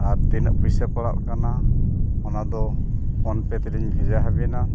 ᱟᱨ ᱛᱤᱱᱟᱹᱜ ᱯᱩᱭᱥᱟᱹ ᱯᱟᱲᱟᱜ ᱠᱟᱱᱟ ᱚᱱᱟᱫᱚ ᱯᱷᱳᱱ ᱯᱮ ᱛᱮᱞᱤᱧ ᱵᱷᱮᱡᱟ ᱟᱹᱵᱤᱱᱟ